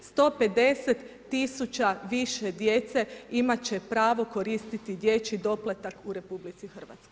150 000 više djece imat će pravo koristiti dječji doplatak u RH.